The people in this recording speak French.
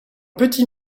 petit